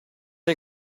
hai